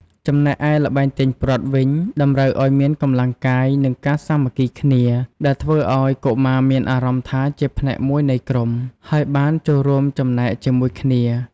ចំណែកឯល្បែងទាញព្រ័ត្រវិញ តម្រូវឲ្យមានកម្លាំងកាយ និងការសាមគ្គីគ្នា ដែលធ្វើឲ្យកុមារមានអារម្មណ៍ថាជាផ្នែកមួយនៃក្រុម ហើយបានចូលរួមចំណែកជាមួយគ្នា។